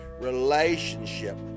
relationship